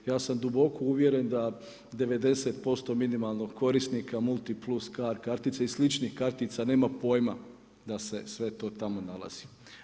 Ja sam duboko uvjeren da 90% minimalnog korisnika multiplus card kartice i sličnih kartica nema pojma da se sve to tamo nalazi.